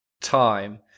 time